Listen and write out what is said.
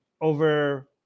over